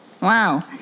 wow